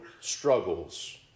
struggles